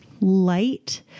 light